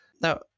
now